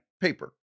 paper